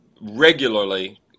regularly